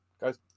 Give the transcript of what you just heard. guys